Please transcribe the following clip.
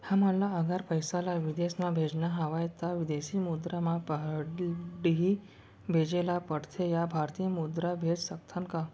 हमन ला अगर पइसा ला विदेश म भेजना हवय त विदेशी मुद्रा म पड़ही भेजे ला पड़थे या भारतीय मुद्रा भेज सकथन का?